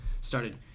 Started